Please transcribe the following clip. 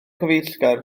cyfeillgar